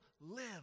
live